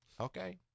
Okay